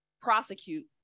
prosecute